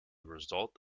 result